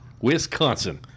Wisconsin